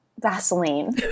Vaseline